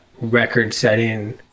record-setting –